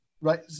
right